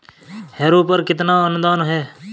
Harrow पर कितना अनुदान है?